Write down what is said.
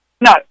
No